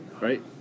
right